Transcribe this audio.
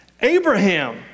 Abraham